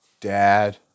dad